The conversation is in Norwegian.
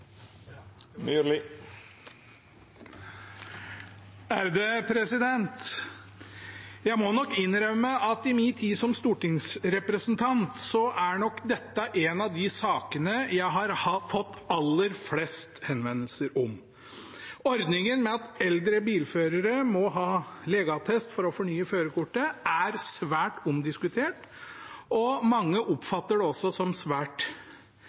Jeg må innrømme at i min tid som stortingsrepresentant er nok dette en av de sakene jeg har fått aller flest henvendelser om. Ordningen med at eldre bilførere må ha legeattest for å fornye førerkortet, er svært omdiskutert, og mange oppfatter det også som svært